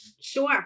Sure